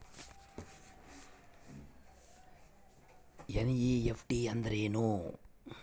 NEFT ಅಂದ್ರೆನು?